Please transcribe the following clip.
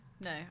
No